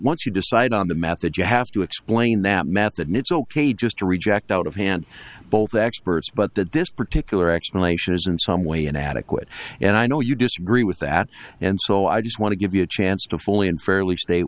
once you decide on the method you have to explain that method it's ok just to reject out of hand both experts but that this particular explanation is in some way inadequate and i know you disagree with that and so i just want to give you a chance to fully and fairly sta